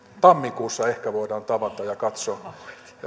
tammikuussa ehkä voidaan tavata ja katsoa